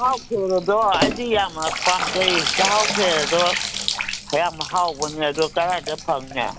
ꯆꯍꯥꯎ ꯈꯦꯔꯗꯣ ꯑꯩꯗꯤ ꯌꯥꯝꯅ ꯄꯥꯝꯖꯩ ꯆꯍꯥꯎ ꯈꯦꯔꯗꯣ ꯌꯥꯝ ꯍꯥꯎꯕꯅꯦ ꯑꯗꯣ ꯀꯔꯥꯏꯗ ꯐꯪꯅꯤ